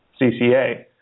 CCA